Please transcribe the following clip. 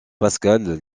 pascal